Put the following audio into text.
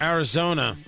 Arizona